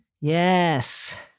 Yes